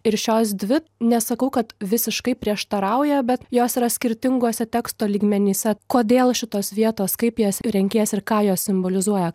ir šios dvi nesakau kad visiškai prieštarauja bet jos yra skirtinguose teksto lygmenyse kodėl šitos vietos kaip jas renkiesi ir ką jos simbolizuoja